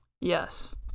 Yes